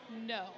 No